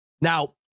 Now